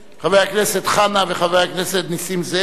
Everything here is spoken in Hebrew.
חבר הכנסת חנא וחבר הכנסת נסים זאב,